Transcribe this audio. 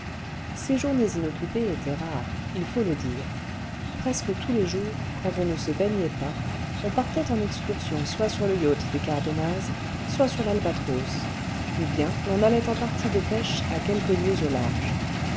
ces journées inoccupées étaient rares il faut le dire presque tous les jours quand on ne se baignait pas on partait en excursion soit sur le yacht des cardonnaz soit sur yalbatros ou bien l'on allait en partie de pêche à quelques lieues au large